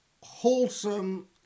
wholesome